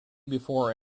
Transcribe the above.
before